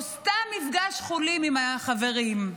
או סתם מפגש חולין עם החברים.